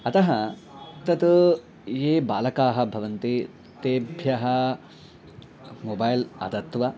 अतः तत् ये बालकाः भवन्ति तेभ्यः मोबैल् अथवा